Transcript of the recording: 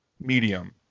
medium